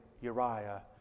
Uriah